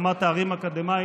חבר הכנסת קריב.